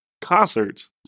concerts